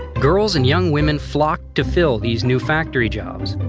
girls and young women flocked to fill these new factory jobs.